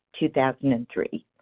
2003